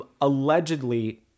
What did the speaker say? allegedly